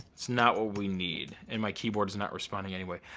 it's not what we need. and my keyboard's not responding anyway.